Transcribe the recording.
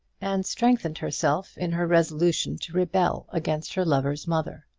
and strengthened herself in her resolution to rebel against her lover's mother.